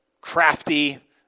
crafty